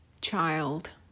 child